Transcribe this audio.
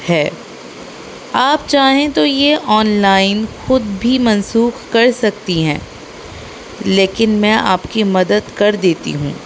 ہے آپ چاہیں تو یہ آن لائن خود بھی منسوخ کر سکتی ہیں لیکن میں آپ کی مدد کر دیتی ہوں